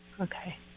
Okay